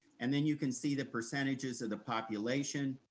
and then you can see the percentages of the population,